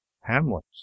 Hamlet